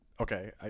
okay